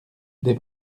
des